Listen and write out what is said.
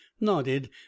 nodded